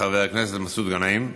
חבר הכנסת מסעוד גנאים,